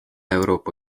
euroopa